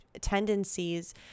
tendencies